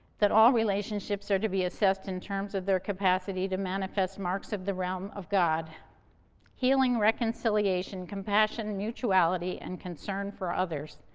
that all relationships are to be assessed in terms of their capacity to manifest marks of the realm of god healing, reconciliation, compassion, mutuality and concern for others,